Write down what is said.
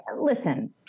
listen